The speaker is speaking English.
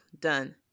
done